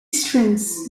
strings